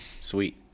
Sweet